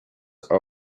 are